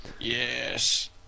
Yes